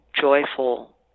joyful